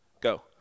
Go